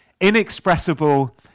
inexpressible